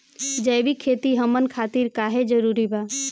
जैविक खेती हमन खातिर काहे जरूरी बा?